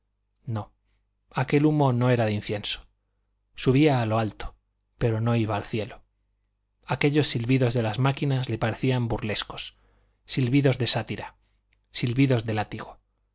no aquel humo no era de incienso subía a lo alto pero no iba al cielo aquellos silbidos de las máquinas le parecían burlescos silbidos de sátira silbidos de látigo